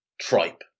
tripe